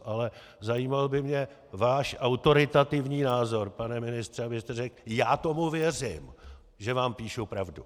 Ale zajímal by mě váš autoritativní názor, pane ministře, abyste řekl já tomu věřím, že vám píšou pravdu!